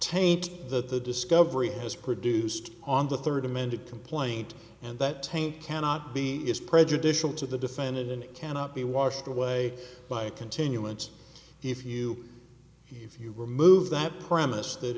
that the discovery has produced on the third amended complaint and that taint cannot be is prejudicial to the defendant it cannot be washed away by a continuance if you if you remove that premise that